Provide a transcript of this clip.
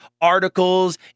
articles